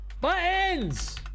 buttons